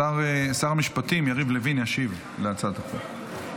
שר המשפטים יריב לוין ישיב על הצעת החוק.